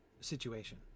situation